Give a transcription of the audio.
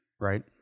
right